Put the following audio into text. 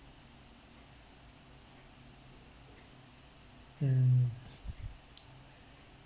um